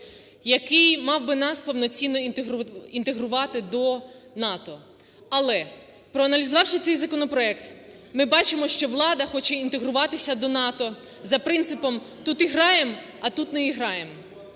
який мав би нас повноцінно інтегрувати до НАТО. Але, проаналізувавши цей законопроект ми бачимо, що влада хоче інтегруватися до НАТО за принципом "тут играем, а тут не играем".